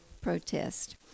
protest